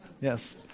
Yes